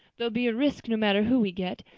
there'll be a risk, no matter who we get.